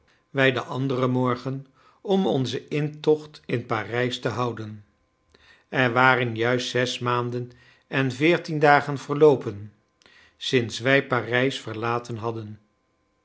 wij den anderen morgen om onzen intocht in parijs te houden er waren juist zes maanden en veertien dagen verloopen sinds wij parijs verlaten hadden